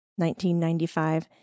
1995